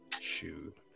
Shoot